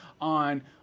on